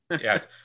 Yes